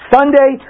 Sunday